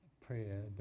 Prayer